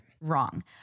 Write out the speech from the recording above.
Wrong